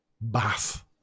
Bath